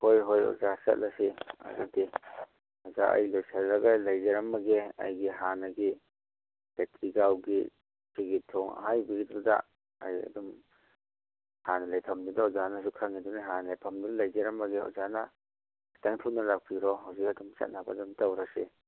ꯍꯣꯏ ꯍꯣꯏ ꯑꯣꯖꯥ ꯆꯠꯂꯁꯤ ꯑꯗꯨꯗꯤ ꯑꯣꯖꯥ ꯑꯩ ꯂꯣꯏꯁꯜꯂꯒ ꯂꯩꯖꯔꯝꯃꯒꯦ ꯑꯩꯒꯤ ꯍꯥꯟꯅꯒꯤ ꯈꯦꯇ꯭ꯔꯤꯒꯥꯎꯒꯤ ꯁꯤꯒꯤ ꯊꯣꯡ ꯑꯍꯥꯏꯕꯤꯒꯤꯗꯨꯗ ꯑꯩ ꯑꯗꯨꯝ ꯍꯥꯟꯅ ꯂꯩꯐꯝꯗꯨꯗ ꯑꯣꯖꯥꯅꯁꯨ ꯈꯪꯉꯤꯗꯨꯅꯤ ꯍꯥꯟꯅ ꯂꯩꯐꯝꯗꯨꯗ ꯂꯩꯖꯔꯝꯃꯒꯦ ꯑꯣꯖꯥꯅ ꯈꯤꯇꯪ ꯊꯨꯅ ꯂꯥꯛꯄꯤꯔꯣ ꯍꯨꯖꯤꯛ ꯑꯗꯨꯝ ꯆꯠꯅꯕ ꯑꯗꯨꯝ ꯇꯧꯔꯁꯤ